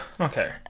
Okay